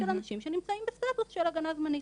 של אנשים שנמצאים בסטטוס של הגנה זמנית,